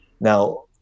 now